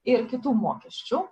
ir kitų mokesčių